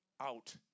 out